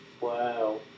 Wow